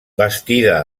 bastida